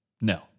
No